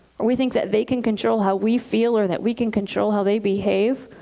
or we think that they can control how we feel. or that we can control how they behave.